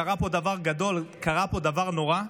קרה פה דבר גדול, קרה פה דבר נורא.